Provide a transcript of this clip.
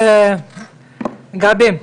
גבי,